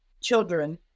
children